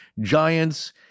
giants